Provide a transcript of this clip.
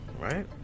right